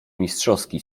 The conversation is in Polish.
mistrzowski